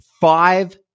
five